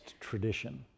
tradition